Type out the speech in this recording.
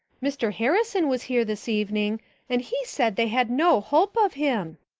mr. harrison was here this evening and he said they had no hope of him,